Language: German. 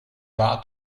war